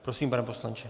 Prosím, pane poslanče.